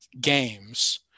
games